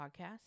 Podcast